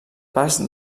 pas